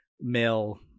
male